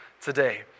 today